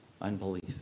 unbelief